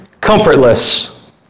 comfortless